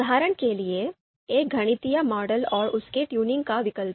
उदाहरण के लिए एक गणितीय मॉडल और उसके ट्यूनिंग का विकल्प